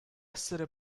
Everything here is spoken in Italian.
essere